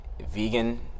vegan